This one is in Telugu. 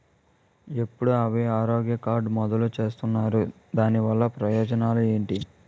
ఎప్పుడు అభయ ఆరోగ్య కార్డ్ మొదలు చేస్తున్నారు? దాని వల్ల ప్రయోజనాలు ఎంటి?